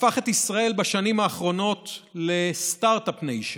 הפך את ישראל בשנים האחרונות לסטרטאפ ניישן.